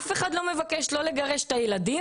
אף אחד לא מבקש לגרש את הילדים,